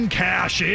cash